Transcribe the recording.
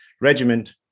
regiment